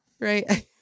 right